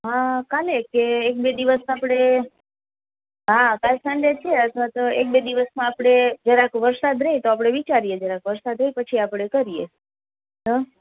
હા કાલે કે એક બે દિવસ આપડે હા કાલ સન્ડે છે અથવા તો એક બે દિવસમાં આપડે જરાક વરસાદ રેય તો આપણે વિચારીએ જરાક વરસાદ હોય પછી આપણે કરીયે